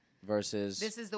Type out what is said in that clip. Versus